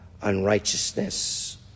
unrighteousness